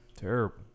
Terrible